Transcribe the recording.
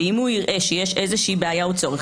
ואם הבא-כוח יראה שיש איזושהי בעיה או צורך,